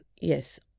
yes